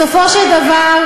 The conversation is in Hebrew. בסופו של דבר,